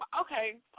Okay